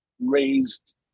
raised